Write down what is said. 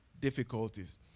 difficulties